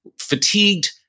fatigued